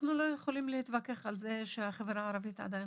אנחנו לא יכולים להתווכח על זה שהחברה הערבית עדיין